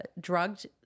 drugged